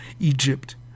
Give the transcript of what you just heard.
egypt